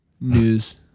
News